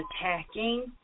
attacking